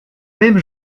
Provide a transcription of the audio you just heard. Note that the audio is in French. même